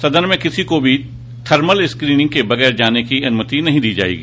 सदन में किसी को भी थर्मल स्क्रीनिंग के बगैर जाने की अनुमति नहीं दी जायेगी